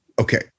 Okay